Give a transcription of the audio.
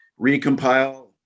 recompile